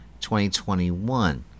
2021